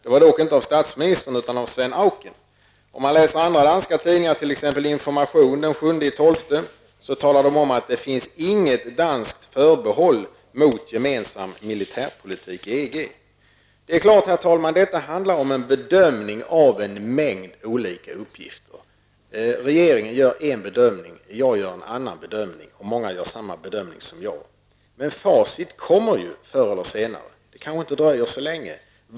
Det var dock inte statsministern, utan Svend Auken som sade det. Om man läser andra danska tidningar, t.ex. Informasjon, av den 7 december, får man klart för sig att det inte finns något danskt förbehåll mot gemensam militär politik i EG. Det är klart, herr talman, att det handlar om en bedömning av många olika uppgifter. Regeringen gör en bedömning. Jag gör en annan bedömning. Många gör samma bedömning som jag. Men facit kommer ju förr eller senare, och det kan inte dröja så länge.